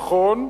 נכון,